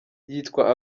nitwa